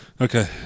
Okay